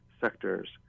sectors